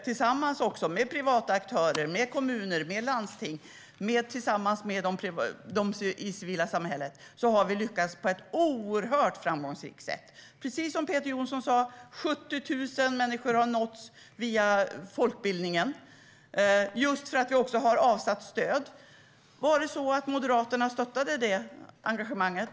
Tillsammans med privata aktörer, kommuner, landsting och de i det civila samhället har vi lyckats på ett oerhört framgångsrikt sätt. Precis som Peter Johnsson sa har 70 000 människor nåtts via folkbildningen, just för att vi har avsatt stöd. Var det så att Moderaterna stöttade det engagemanget?